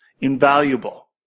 Invaluable